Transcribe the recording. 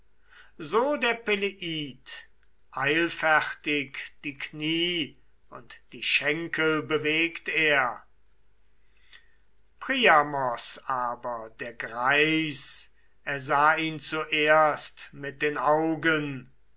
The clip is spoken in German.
so der peleid eilfertig die knie und die schenkel bewegt er priams aber der greis ersah ihn zuerst mit den augen